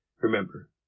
remember